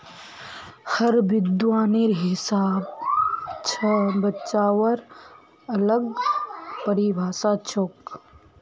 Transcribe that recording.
हर विद्वानेर हिसाब स बचाउर अलग परिभाषा छोक